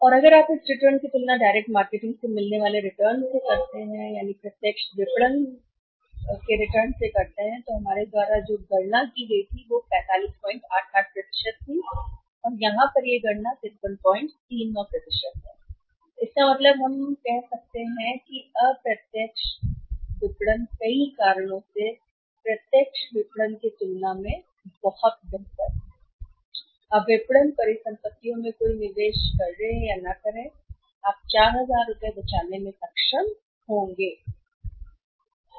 और अगर आप इस रिटर्न की तुलना डायरेक्ट मार्केटिंग से मिलने वाले रिटर्न से करते हैं प्रत्यक्ष विपणन इतना था कि हमारे द्वारा गणना की गई प्रत्यक्ष विपणन से वापस कर दिया गया है 4588 और यहाँ पर यदि आप गणना करते हैं तो यह 5339 है इसका मतलब है कि हम अप्रत्यक्ष कह सकते हैं कई कारणों से प्रत्यक्ष विपणन की तुलना में विपणन बहुत बेहतर है आप विपणन परिसंपत्तियों में कोई निवेश करने के लिए नहीं हैं इस 4000 को बचाने में सक्षम होंगे रुपये